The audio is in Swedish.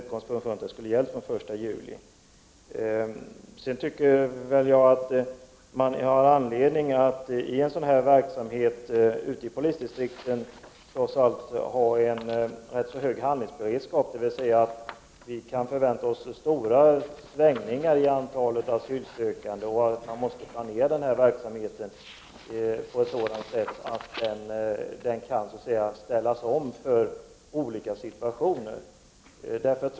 Jag anser också att man i polisdistrikten har anledning att ha en rätt hög handlingsberedskap när det gäller denna verksamhet. När man vet att vi kan vänta oss stora svängningar i antalet asylsökande, måste man naturligtvis planera verksamheten på ett sådant sätt, att den kan ställas om för olika situationer.